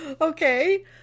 okay